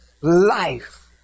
life